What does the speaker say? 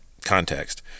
context